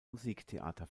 musiktheater